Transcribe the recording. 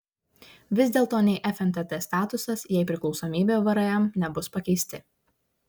vis dėlto nei fntt statusas jei priklausomybė vrm nebus pakeisti